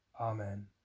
Amen